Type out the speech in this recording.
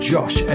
Josh